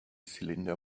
cylinder